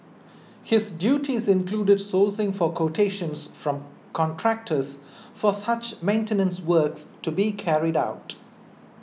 his duties included sourcing for quotations from contractors for such maintenance works to be carried out